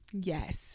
Yes